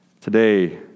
Today